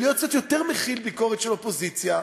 קצת יותר להכיל ביקורת של אופוזיציה.